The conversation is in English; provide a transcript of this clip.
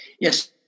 Yes